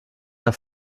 der